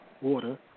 Water